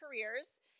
careers